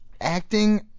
acting –